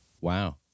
Wow